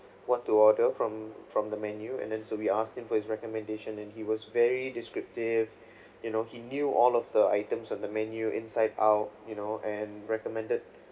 what to order from from the menu and then so we asked him for his recommendation and he was very descriptive you know he knew all of the items on the menu inside out you know and recommended